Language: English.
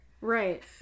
right